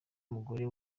mugore